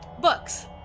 Books